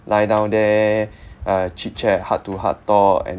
lie down there uh chit chat heart to heart talk and